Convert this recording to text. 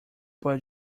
but